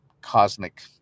cosmic